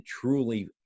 truly